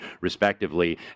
respectively